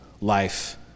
life